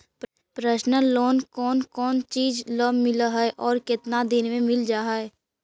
Personal loan कोन कोन चिज ल मिल है और केतना दिन में मिल जा है?